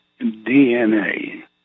DNA